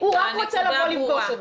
הוא רק רוצה לפגוש אותי.